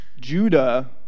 Judah